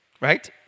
Right